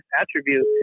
attribute